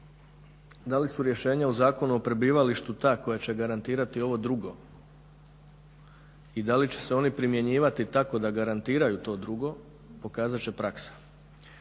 Da li su rješenja u Zakonu o prebivalištu ta koja će garantirati ovo drugo i da li će se oni primjenjivati tako da garantiraju ovo drugo, pokazat će praksa.